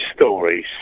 stories